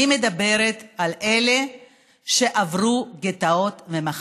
אני מדברת על אלה שעברו גטאות ומחנות.